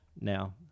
Now